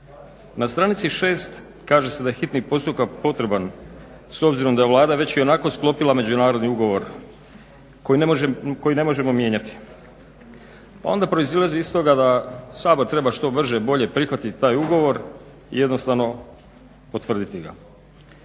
Na stranici 6. kaže se da je hitni postupak potreban s obzirom da Vlada već sklopila Međunarodni ugovor koji ne možemo mijenjati. Onda proizlazi iz toga da Sabor treba što brže, bolje prihvatit taj ugovor i jednostavno potvrditi ga.